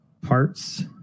parts